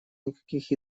никаких